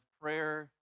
prayer